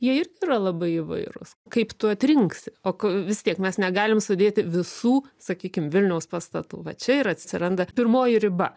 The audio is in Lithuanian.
jie ir yra labai įvairūs kaip tu atrinksi o ko vis tiek mes negalim sudėti visų sakykim vilniaus pastatų va čia ir atsiranda pirmoji riba